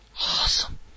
awesome